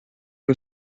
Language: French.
que